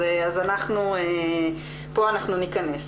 אז פה אנחנו ניכנס.